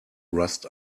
rust